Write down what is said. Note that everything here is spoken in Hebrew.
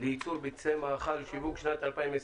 לייצור ביצי מאכל לשיווק בשנת 2020)